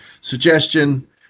suggestion